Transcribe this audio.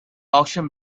auction